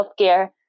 healthcare